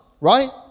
right